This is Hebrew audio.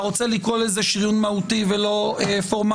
אתה רוצה לקרוא לזה "שריון מהותי" ולא פורמלי,